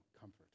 comfort